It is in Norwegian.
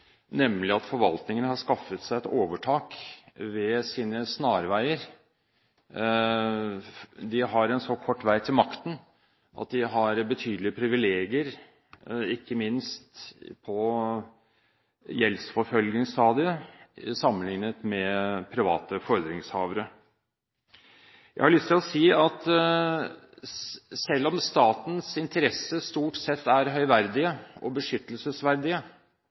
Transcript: nemlig at forvaltningen har skaffet seg et overtak ved sine snarveier. De har en så kort vei til makten at de har betydelige privilegier, ikke minst på gjeldsforfølgingsstadiet, sammenliknet med private fordringshavere. Jeg har lyst til å si at selv om statens interesser stort sett er høyverdige og beskyttelsesverdige